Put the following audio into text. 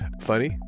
Funny